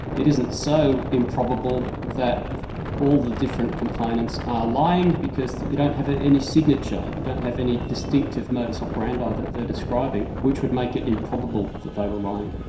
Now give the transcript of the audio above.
it isn't so improbable that all the different complainants are lying, because you don't have any signature, you don't have any distinctive modus operandi that they're describing, which would make it improbable that they were lying.